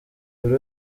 buri